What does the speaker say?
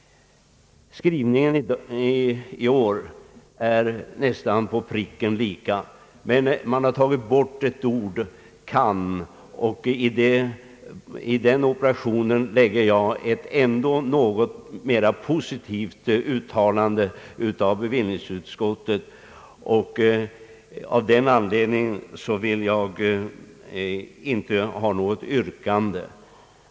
Skrivningen i år är nästan på pricken densamma, men man har tagit bort ett ord, »kan». I den operationen lägger jag ett ännu mer positivt uttalande av bevillningsutskottet. Av den anledningen vill jag inte ställa något yrkande.